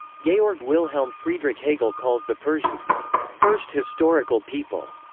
georg wilhelm friedrich hegel calls the persians the first historical people.